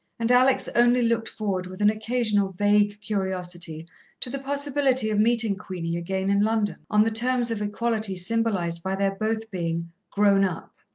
and alex only looked forward with an occasional vague curiosity to the possibility of meeting queenie again in london, on the terms of equality symbolized by their both being grown-up.